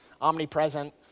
omnipresent